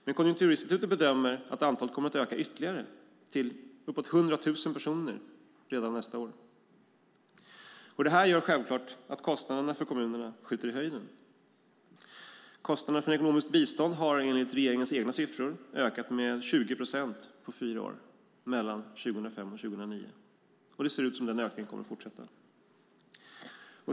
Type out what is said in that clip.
Men Konjunkturinstitutet bedömer att antalet kommer att öka ytterligare, till uppåt 100 000 personer redan nästa år. Det här gör självklart att kostnaderna för kommunerna skjuter i höjden. Kostnaderna för ekonomiskt bistånd har enligt regeringens egna siffror ökat med 20 procent på fyra år, mellan 2005 och 2009. Det ser ut som att den ökningen kommer att fortsätta.